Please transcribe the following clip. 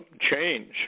change